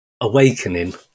awakening